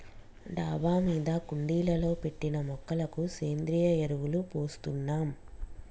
డాబా మీద కుండీలలో పెట్టిన మొక్కలకు సేంద్రియ ఎరువులు పోస్తున్నాం